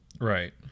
Right